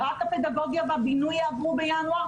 ורק הפדגוגיה והבינוי יעברו בינואר.